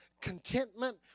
contentment